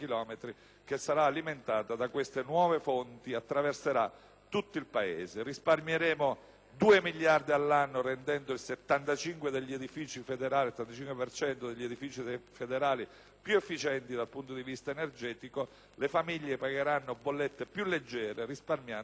che sarà alimentata da queste nuove fonti e attraverserà tutto il Paese. Risparmieremo 2 miliardi all'anno rendendo il 75 per cento degli edifici federali più efficienti dal punto di vista energetico e le famiglie pagheranno bollette più leggere risparmiando in media